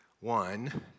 One